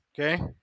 okay